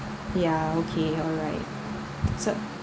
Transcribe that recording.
yeah okay alright so